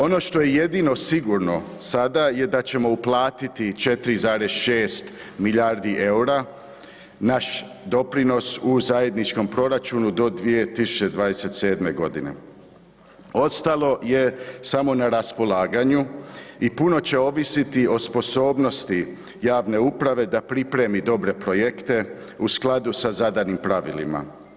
Ono što je jedino sigurno sada je da ćemo uplatiti 4,6 milijardi eura, naš doprinos u zajedničkom proračunu 2027. godine, ostalo je samo na raspolaganju i puno će ovisiti o sposobnosti javne uprave da pripremi dobre projekte u skladu sa zadanim pravilima.